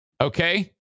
Okay